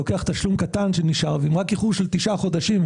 אני לוקח תשלום קטן שנשאר אם זה רק איחור של תשעה חודשים,